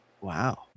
Wow